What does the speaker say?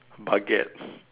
baguettes